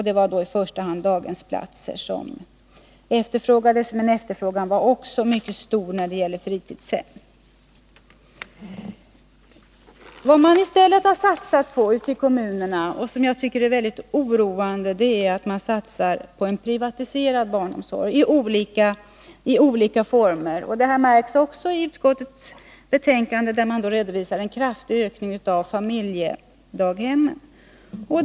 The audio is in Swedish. Det var då i första hand daghemsplatser som efterfrågades, men efterfrågan var också mycket stor när det gällde fritidshem. Vad man i stället satsat på ute i kommunerna — och det är något som jag tycker är väldigt oroande — är en privatiserad barnomsorg i olika former. Detta märks också i utskottets betänkande, där en kraftig ökning av familjedaghemmen redovisas.